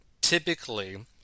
typically